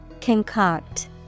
Concoct